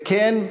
וכן,